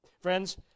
Friends